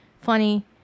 funny